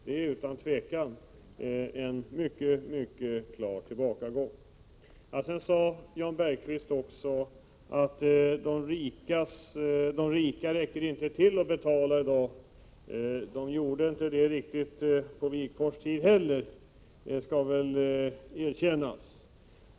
Det är utan tvivel fråga om en mycket klar tillbakagång. Jan Bergqvist sade vidare att de rika i dag inte räcker till för att ge de högre skatteomtäkter som behövs. Det skall väl erkännas att de inte heller gjorde det på Wigforss tid.